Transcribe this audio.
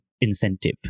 incentive